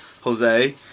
Jose